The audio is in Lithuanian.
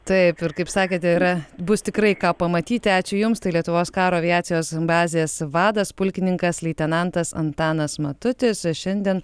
taip ir kaip sakėte yra bus tikrai ką pamatyti ačiū jums tai lietuvos karo aviacijos bazės vadas pulkininkas leitenantas antanas matutis šiandien